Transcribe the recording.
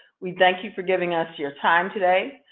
we thank you for giving us your time today.